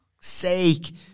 Sake